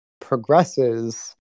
progresses